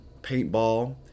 paintball